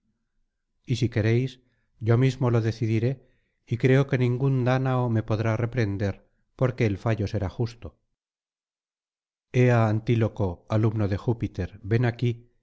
y si queréis yo mismo lo decidiré y creo que ningún dánao me podrá reprender porque el fallo será justo ea antíloco alumno de júpiter ven aquí